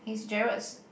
he's Gerald's